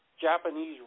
Japanese